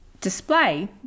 display